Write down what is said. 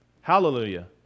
Hallelujah